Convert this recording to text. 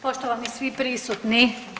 Poštovani svi prisutni.